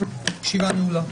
הישיבה נעולה.